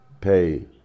pay